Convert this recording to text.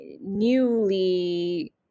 newly